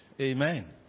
Amen